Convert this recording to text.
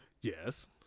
yes